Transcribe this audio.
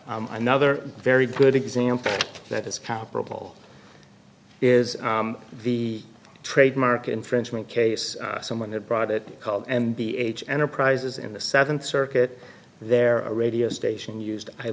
another very good example that is comparable is the trademark infringement case someone had brought it called and b h enterprises in the seventh circuit there a radio station used i